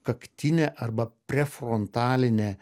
kaktinė arba prefrontalinė